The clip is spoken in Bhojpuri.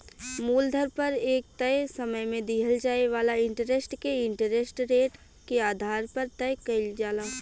मूलधन पर एक तय समय में दिहल जाए वाला इंटरेस्ट के इंटरेस्ट रेट के आधार पर तय कईल जाला